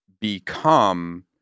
become